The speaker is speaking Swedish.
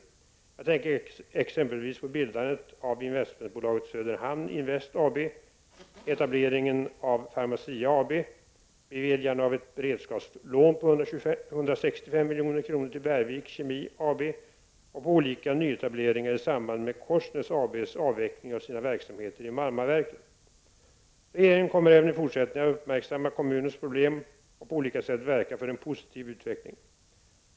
Jag tänker exempelvis på bildandet av investmentbolaget Söderhamn Invest AB, etableringen av Pharmacia AB, beviljande av ett beredskapslån på 165 milj.kr. till Bergvik Kemi AB och på olika nyetableringar i samband med Korsnäs AB:s avveckling av sina verksamheter i Marmaverken. Regeringen kommer även i fortsättningen att uppmärksamma kommunens problem och på olika sätt verka för en positiv utveckling.